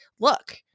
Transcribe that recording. look